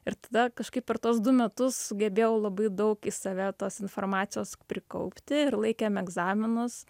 ir tada kažkaip per tuos du metus sugebėjau labai daug į save tos informacijos prikaupti ir laikėm egzaminus